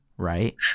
Right